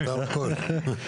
מותר הכול...